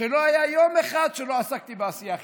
שלא היה יום אחד שלא עסקתי בו בעשייה חינוכית.